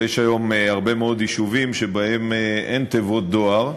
ויש היום הרבה מאוד יישובים שאין בהם תיבות דואר,